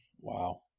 Wow